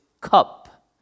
cup